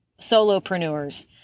solopreneurs